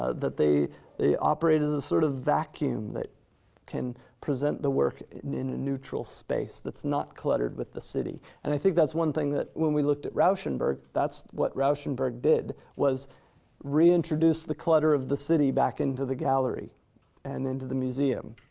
ah that they they operate as a sort of vacuum that can present the work in a neutral space that's not cluttered with the city. and i think that's one thing that, when we looked at rauschenberg, that's what rauschenberg did was reintroduce the clutter of the city back into the gallery and into the museum.